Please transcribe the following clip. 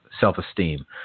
self-esteem